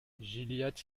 gilliatt